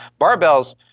Barbells